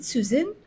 Susan